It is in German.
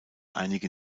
einige